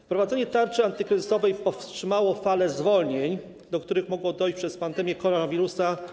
Wprowadzenie tarczy antykryzysowej powstrzymało falę zwolnień, do których mogło dojść przez pandemię koronawirusa.